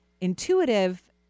intuitive